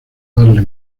darle